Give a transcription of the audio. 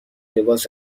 لباس